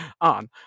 on